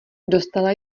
dostala